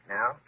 Now